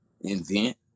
invent